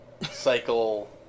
cycle